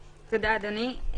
תודה, אדוני.